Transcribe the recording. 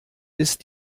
ist